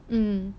mmhmm